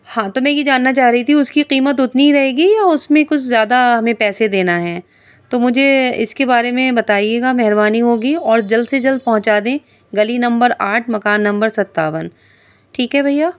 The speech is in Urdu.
ہاں تو میں یہ جاننا چاہ رہی تھی اس کی قیمت اتنی ہی رہے گی یا اس میں کچھ زیادہ ہمیں پیسے دینا ہے تو مجھے اس کے بارے میں بتائیے گا مہربانی ہوگی اور جلد سے جلد پہنچا دیں گلی نمبر آٹھ مکان نمبر ستاون ٹھیک ہے بھیا